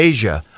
Asia